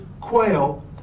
quail